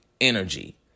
energy